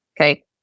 okay